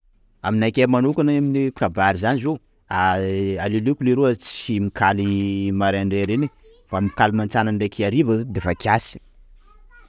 Aminakahy manokana am kabary zany zao ai aleleoko leroa tsy mikaly maraindray reny, fa mikaly mantsana ndraiky ariva de efa kiasy.